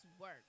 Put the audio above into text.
work